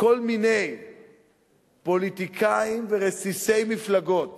כל מיני פוליטיקאים ורסיסי מפלגות